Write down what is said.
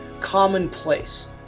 commonplace